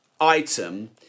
item